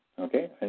okay